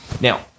Now